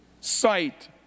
sight